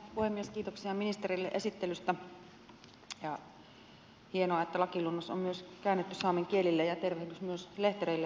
kiitoksia ministerille esittelystä ja hienoa että lakiluonnos on myös käännetty saamen kielelle ja tervehdys myös lehtereille saamelaiskansan edustajille